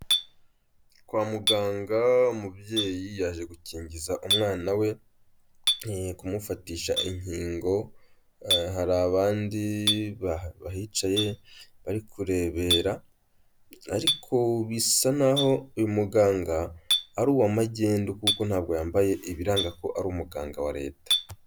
Kwa muganga umubyeyi yaje gukingiza umwana we, kumufatisha inkingo, hari abandi bahicaye bari kurebera, ariko bisa nkaho uyu muganga ari uwa magendu kuko ntabwo yambaye ibiranga ko ari umuganga wa leta.